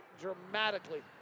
dramatically